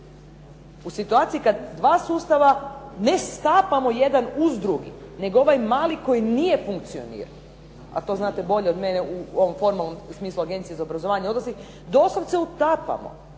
U situaciji kada dva sustava ne stapamo jedan uz drugi, nego ovaj mali koji nije funkcionirao, a to znate bolje od mene u ovom formalnom smislu Agencije za obrazovanje odraslih doslovce utapamo